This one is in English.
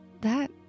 That-